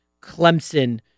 Clemson